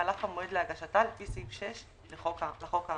חלף המועד להגשתה לפי סעיף 6 לחוק האמור.